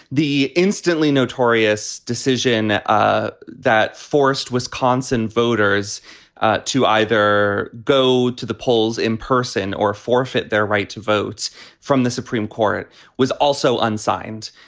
the instantly notorious decision ah that forced wisconsin voters to either go to the polls in person or forfeit their right to votes from the supreme court. it was also unsigned.